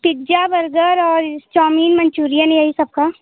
pizza burger और chowmein manchurian यही सब का